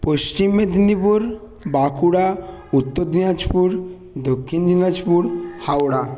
Paschim Medinipur Bankura Uttar Dinajpur Dakshin Dinajpur Howrah